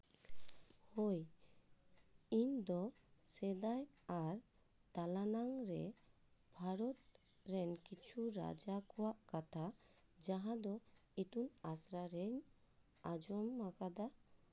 ᱦᱳᱭ ᱤᱧ ᱫᱚ ᱥᱮᱫᱟᱭ ᱟᱨ ᱛᱟᱞᱟ ᱱᱟᱝ ᱨᱮ ᱵᱷᱟᱨᱚᱛ ᱨᱮᱱ ᱠᱤᱪᱷᱩ ᱨᱟᱡᱟ ᱠᱚᱣᱟᱜ ᱠᱟᱛᱷᱟ ᱡᱟᱦᱟᱸ ᱫᱚ ᱤᱛᱩᱱ ᱟᱥᱲᱟ ᱨᱤᱧ ᱟᱸᱡᱚᱢ ᱟᱠᱟᱫᱟ